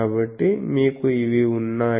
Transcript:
కాబట్టి మీకు ఇవి ఉన్నాయి